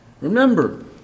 Remember